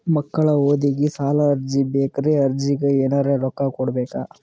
ಮಕ್ಕಳ ಓದಿಗಿ ಸಾಲದ ಅರ್ಜಿ ಬೇಕ್ರಿ ಅರ್ಜಿಗ ಎನರೆ ರೊಕ್ಕ ಕೊಡಬೇಕಾ?